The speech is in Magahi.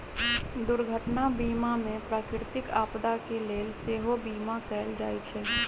दुर्घटना बीमा में प्राकृतिक आपदा के लेल सेहो बिमा कएल जाइ छइ